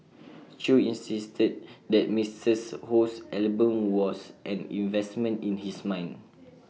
chew insisted that Ms Ho's album was an investment in his mind